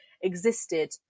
existed